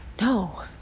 No